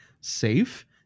safe